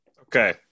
Okay